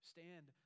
Stand